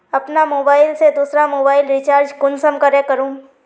अपना मोबाईल से दुसरा मोबाईल रिचार्ज कुंसम करे करूम?